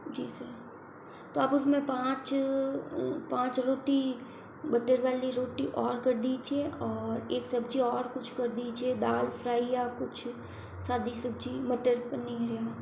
जी sir तो आप उसमें पांच पांच रोटी बटर वाली रोटी और कर दीजिए और एक सब्ज़ी और कुछ कर दीजिए दाल फ़्राई या कुछ सादी सब्ज़ी मटर पनीर या